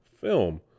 film